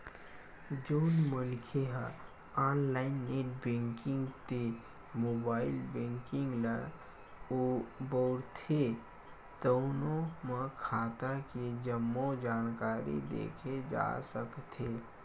जउन मनखे ह ऑनलाईन नेट बेंकिंग ते मोबाईल बेंकिंग ल बउरथे तउनो म खाता के जम्मो जानकारी देखे जा सकथे